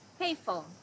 Payphone